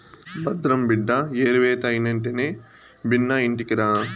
భద్రం బిడ్డా ఏరివేత అయినెంటనే బిన్నా ఇంటికిరా